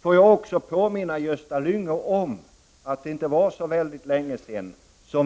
Får jag också påminna Gösta Lyngå om att det inte var så länge sedan